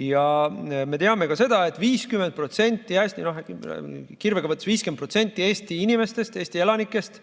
Me teame ka seda, et 50% – kirvega võttes 50% – Eesti inimestest, Eesti elanikest